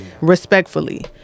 Respectfully